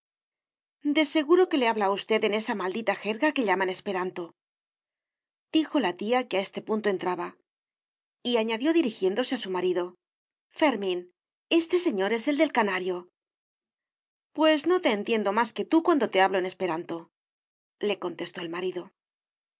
de seguro que le hablaba a usted en esa maldita jerga que llaman esperantodijo la tía que a este punto entraba y añadió dirigiéndose a su marido fermín este señor es el del canario pues no te entiendo más que tú cuando te hablo en esperantole contestó su marido